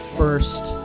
first